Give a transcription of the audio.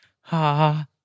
ha